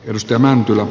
ennuste mäntylä